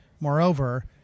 moreover